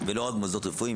ולא רק במוסדות רפואיים.